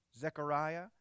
Zechariah